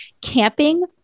camping